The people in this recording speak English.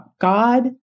God